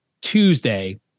Tuesday